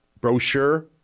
brochure